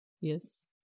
Yes